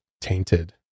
tainted